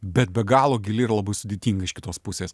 bet be galo gili ir labai sudėtinga iš kitos pusės